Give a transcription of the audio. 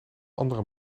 andere